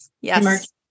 yes